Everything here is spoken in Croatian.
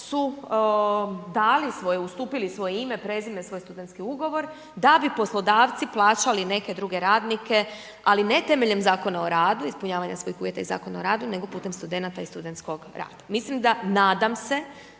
su dali ustupili svoje ime, prezime svoje studentske ugovor da bi poslodavci plaćali neke druge radnike ali ne temeljem Zakona o radu, ispunjavanja svojih uvjeta iz Zakona o radu, nego putem studenata i studentskog rada. Mislim da, nadam se